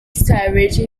savage